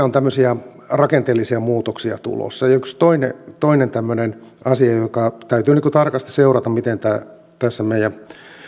on tämmöisiä rakenteellisia muutoksia tulossa ja yksi toinen toinen tämmöinen asia täytyy tarkasti seurata miten tässä meidän